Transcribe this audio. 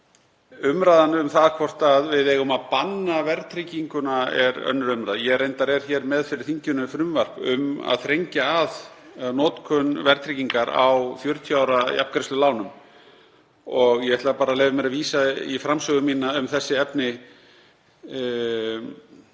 ári. Umræðan um það hvort við eigum að banna verðtrygginguna er önnur umræða. Ég reyndar er hér með fyrir þinginu frumvarp um að þrengja að notkun verðtryggingar á 40 ára jafngreiðslulánum og ég ætla bara að leyfa mér að vísa í framsögu mína um þessi efni